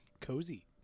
Cozy